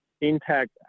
intact